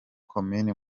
komini